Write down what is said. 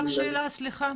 רק שאלה, סליחה.